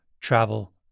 travel